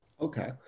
Okay